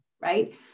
right